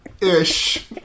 ish